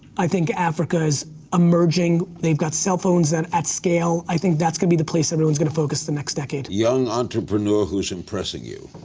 i think africa is emerging. they've got cell phones that at scale, i think that's gonna be the place everyone's gonna focus the next decade. young entrepreneur who's impressing you?